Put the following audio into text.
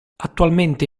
attualmente